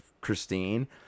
Christine